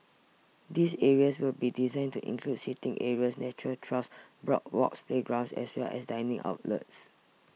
these areas will be designed to include seating areas nature trails boardwalks playgrounds as well as dining outlets